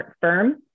firm